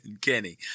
kenny